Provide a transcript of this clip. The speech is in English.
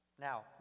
Now